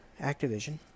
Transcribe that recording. Activision